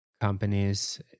companies